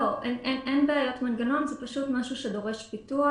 אין בעיות מנגנון, זה פשוט משהו שדורש פיתוח,